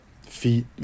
feet